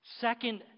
Second